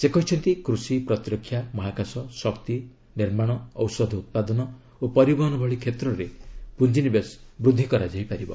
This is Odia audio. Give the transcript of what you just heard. ସେ କହିଛନ୍ତି କୃଷି ପ୍ରତିରକ୍ଷା ମହାକାଶ ଶକ୍ତି ନିର୍ମାଣ ଔଷଧ ଉତ୍ପାଦନ ଓ ପରିବହନ ଭଳି କ୍ଷେତ୍ରରେ ପୁଞ୍ଜିନିବେଶ ବୃଦ୍ଧି କରାଯାଇ ପାରିବ